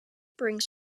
brings